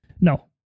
No